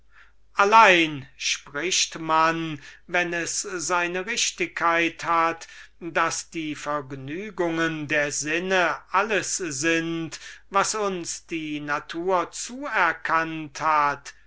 allein spricht man wenn es seine richtigkeit hat daß die vergnügen der sinne alles sind was uns die natur zuerkannt hat